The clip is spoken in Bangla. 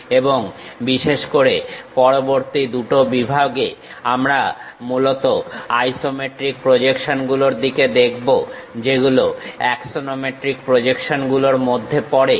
এবং বিশেষ করে পরবর্তী দুটো বিভাগে আমরা মূলত আইসোমেট্রিক প্রজেকশনগুলোর দিকে দেখব যেগুলো অ্যাক্সনোমেট্রিক প্রজেকশনের মধ্যে পড়ে